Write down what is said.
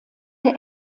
der